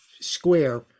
square